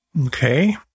Okay